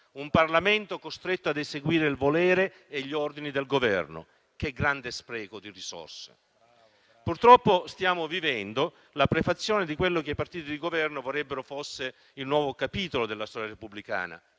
un Parlamento costretto ad eseguire il volere e gli ordini del Governo: che grande spreco di risorse. Purtroppo, stiamo vivendo la prefazione di quello che i partiti di Governo vorrebbero fosse il nuovo capitolo della storia repubblicana,